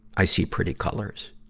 i see pretty colors.